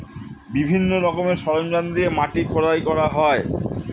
বিভিন্ন রকমের সরঞ্জাম দিয়ে মাটি খোদাই করা হয়